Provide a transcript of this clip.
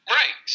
right